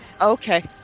Okay